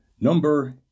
Number